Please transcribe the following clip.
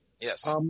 yes